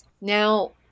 Now